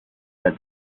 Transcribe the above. said